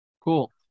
Cool